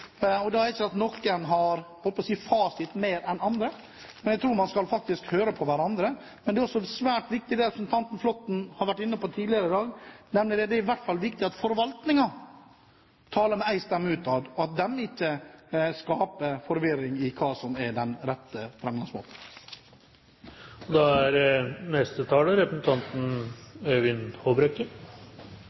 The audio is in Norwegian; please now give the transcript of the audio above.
mer enn andre, men jeg tror man faktisk skal høre på hverandre. Det er også svært viktig det representanten Flåtten har vært inne på tidligere i dag, nemlig at det er viktig at forvaltningen taler med én stemme utad, at de ikke skaper forvirring om hva som er den rette framgangsmåten. Øyvind Håbrekke er nå siste inntegnede taler.